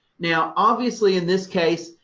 now obviously in this case,